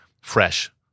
fresh